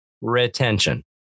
retention